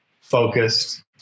focused